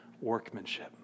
workmanship